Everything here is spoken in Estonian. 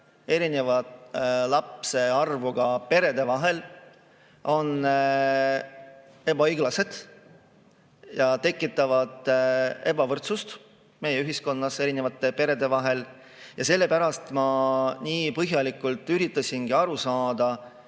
erineva laste arvuga perede vahel on ebaõiglased ja tekitavad ebavõrdsust meie ühiskonnas perede vahel. Sellepärast ma nii põhjalikult üritasingi aru saada,